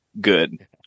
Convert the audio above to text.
good